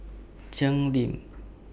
Cheng Lim